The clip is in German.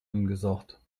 angesagt